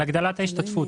על הגדלת ההשתתפות.